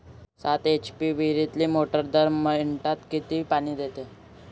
सात एच.पी ची विहिरीतली मोटार दर मिनटाले किती पानी देते?